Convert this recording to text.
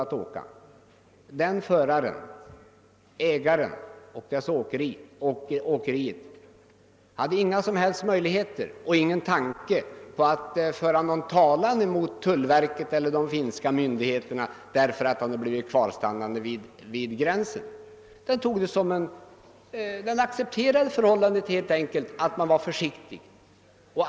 Ifrågavarande förare och ägare hade inga som helst möjligheter och ingen tanke på att föra någon talan mot tull verket eller mot de finska myndigheterna därför att bilen hade kvarhållits vid gränsen, utan man accepterade att myndigheterna var försiktiga.